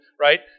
right